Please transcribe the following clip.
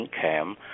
Cam